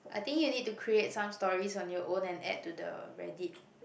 I think you need to create some stories on your own and add to the Reddit